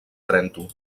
trento